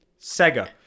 Sega